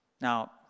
Now